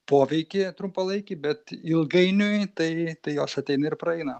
poveikį trumpalaikį bet ilgainiui tai tai jos ateina ir praeina